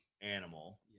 animal